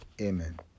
Amen